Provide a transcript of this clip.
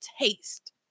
taste